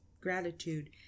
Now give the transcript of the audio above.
gratitude